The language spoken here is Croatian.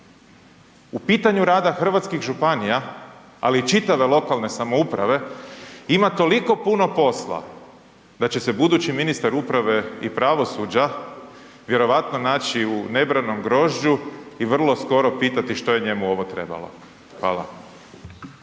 U pitanju rada hrvatskih županija, ali i čitave lokalne samouprave ima toliko puno posla da će se budući ministar uprave i pravosuđa vjerojatno naći u nebranom grožđu i vrlo skoro pitati što je njemu ovo trebalo. Hvala.